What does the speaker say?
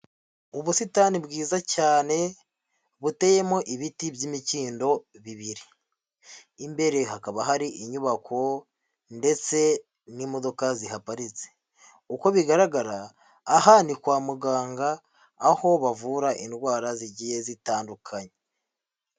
Ubusitani bwiza cyane buteyemo ibiti by'imikindo bibiri, imbere hakaba hari inyubako ndetse n'imodoka zihaparitse, uko bigaragara aha ni kwa muganga aho bavura indwara zigiye zitandukanye.